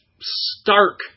stark